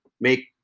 make